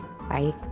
Bye